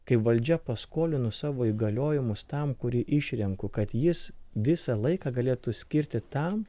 kaip valdžia paskolinu savo įgaliojimus tam kurį išrenku kad jis visą laiką galėtų skirti tam